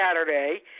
Saturday